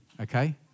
okay